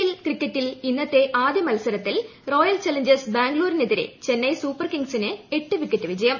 L cricket ഇന്നത്തെ ആദ്യ മത്സരത്തിൽ റോയൽ ചലഞ്ചേഴ്സ് ബാംഗ്ലൂരിനെതിരെ ചെന്നൈ സൂപ്പർ കിംഗ്സിനു എട്ട് വിക്കറ്റ് വിജയം